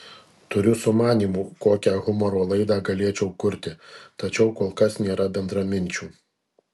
turiu sumanymų kokią humoro laidą galėčiau kurti tačiau kol kas nėra bendraminčių